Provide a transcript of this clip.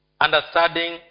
understanding